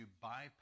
bypass